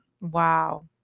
Wow